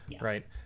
right